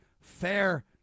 fair